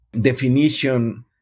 definition